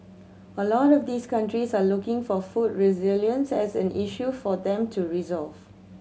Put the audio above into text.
a lot of these countries are looking for food resilience as an issue for them to resolve